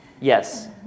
Yes